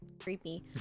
creepy